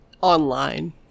online